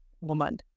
woman